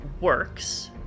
works